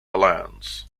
alliance